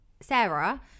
Sarah